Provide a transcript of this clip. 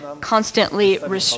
constantly